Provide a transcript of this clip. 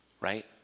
right